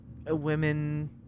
Women